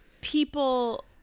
people